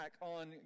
on